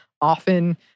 Often